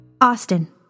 Austin